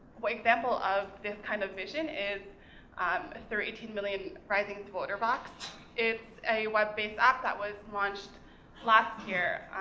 well, example of this kind of vision is um through eighteen million rising's voter box. it's a web-based app that was launched last year